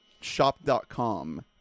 shop.com